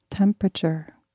temperature